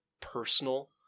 personal